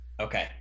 Okay